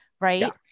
Right